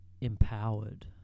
empowered